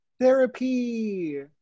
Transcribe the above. Therapy